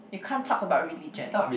you can't talk about religion